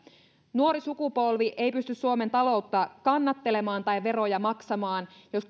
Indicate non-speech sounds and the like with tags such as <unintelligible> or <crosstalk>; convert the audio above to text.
nuori sukupolvi ei pysty suomen taloutta kannattelemaan tai veroja maksamaan jos <unintelligible>